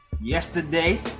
yesterday